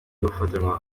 gufatanwa